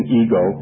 ego